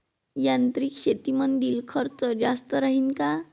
यांत्रिक शेतीमंदील खर्च जास्त राहीन का?